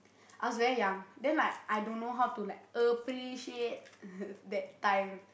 I was very young then like I don't know how to like appreciate that time